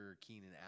Keenan